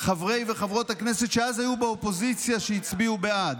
חברי וחברות הכנסת מהאופוזיציה שהצביעו בעד: